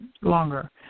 longer